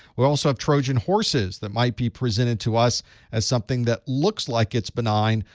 we also have trojan horses that might be presented to us as something that looks like it's benign,